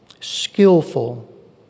skillful